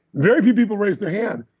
very few people raised their hand.